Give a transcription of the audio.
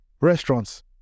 Restaurants